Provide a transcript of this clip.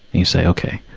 and you say, okay.